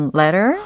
letter